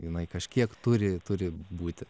jinai kažkiek turi turi būti